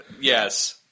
Yes